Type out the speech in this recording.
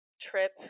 trip